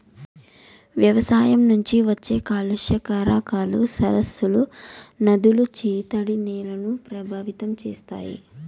వ్యవసాయం నుంచి వచ్చే కాలుష్య కారకాలు సరస్సులు, నదులు, చిత్తడి నేలలను ప్రభావితం చేస్తాయి